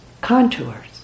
contours